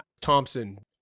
Thompson